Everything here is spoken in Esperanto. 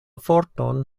forton